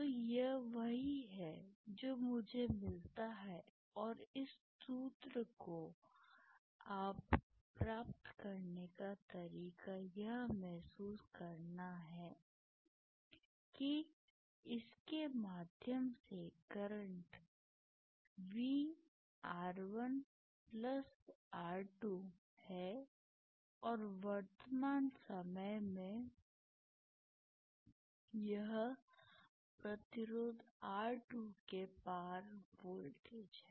तो यह वही है जो मुझे मिलता है और इस सूत्र को प्राप्त करने का तरीका यह महसूस करना है कि इसके माध्यम से करंट VR1 R2 है और वर्तमान समय में यह प्रतिरोध R2 के पार वोल्टेज है